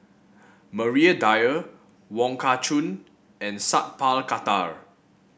Maria Dyer Wong Kah Chun and Sat Pal Khattar